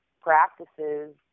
practices